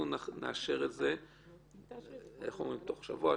אנחנו נאשר את זה תוך שבוע,